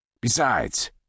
Besides